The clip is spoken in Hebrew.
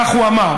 כך הוא אמר,